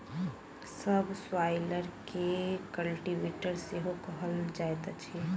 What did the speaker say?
सब स्वाइलर के कल्टीवेटर सेहो कहल जाइत अछि